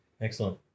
Excellent